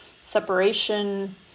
separation